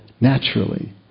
naturally